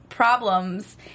Problems